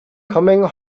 coming